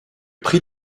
prix